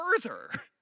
further